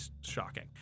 shocking